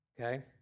Okay